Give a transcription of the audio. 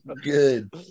Good